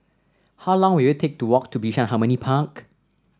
how long will it take to walk to Bishan Harmony Park